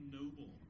noble